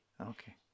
Okay